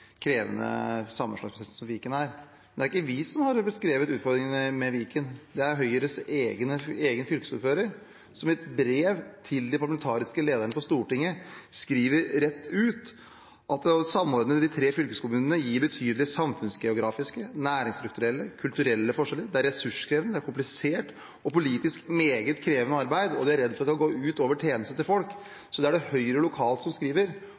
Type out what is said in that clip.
krevende sammenslåingsprosessen som Viken er. Men det er ikke vi som har beskrevet utfordringene med Viken, det er Høyres egen fylkesordfører, som i et brev til de parlamentariske lederne på Stortinget skriver rett ut at å samordne de tre fylkeskommunene gir betydelige samfunnsgeografiske, næringsstrukturelle, kulturelle forskjeller. Det er et ressurskrevende, komplisert og politisk meget krevende arbeid, og de er redd for at det går ut over tjenestene til folk. Det er det Høyre lokalt som skriver,